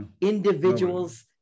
individuals